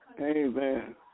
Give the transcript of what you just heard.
Amen